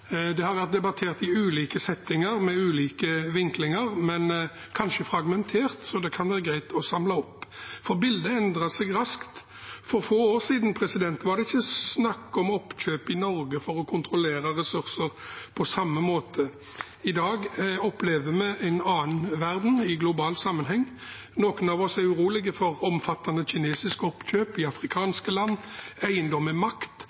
Det har vært debattert i ulike settinger og med ulike vinklinger, men kanskje fragmentert, så det kan være greit å samle opp. Bildet endrer seg raskt. For få år siden var det ikke snakk om oppkjøp i Norge for å kontrollere ressurser på samme måte. I dag opplever vi en annen verden i global sammenheng. Noen av oss er urolige for omfattende kinesiske oppkjøp i afrikanske land. Eiendom er makt,